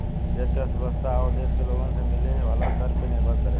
देश के अर्थव्यवस्था ओ देश के लोगन से मिले वाला कर पे निर्भर करेला